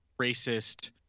racist